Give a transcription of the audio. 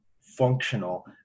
functional